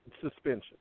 suspension